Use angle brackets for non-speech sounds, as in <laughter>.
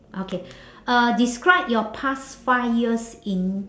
okay <breath> uh describe your past five years in